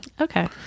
Okay